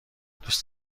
دوست